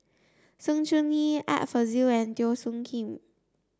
Sng Choon Yee Art Fazil and Teo Soon Kim